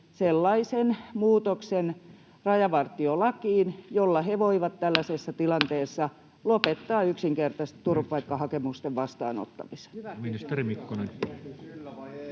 sellaisen muutoksen rajavartiolakiin, jolla voidaan tällaisessa tilanteessa lopettaa yksinkertaisesti turvapaikkahakemusten vastaanottaminen?